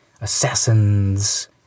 assassins